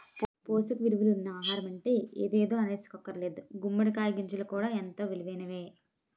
పోసక ఇలువలున్న ఆహారమంటే ఎదేదో అనీసుకోక్కర్లేదు గుమ్మడి కాయ గింజలు కూడా ఎంతో ఇలువైనయే